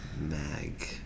Mag